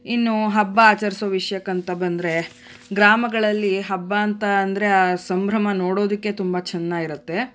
ಇನ್ನು ಹಬ್ಬ ಆಚರಿಸೋ ವಿಷಯಕ್ಕಂತ ಬಂದರೆ ಗ್ರಾಮಗಳಲ್ಲಿ ಹಬ್ಬ ಅಂತ ಅಂದರೆ ಆ ಸಂಭ್ರಮ ನೋಡೋದಕ್ಕೆ ತುಂಬ ಚೆನ್ನ ಇರುತ್ತೆ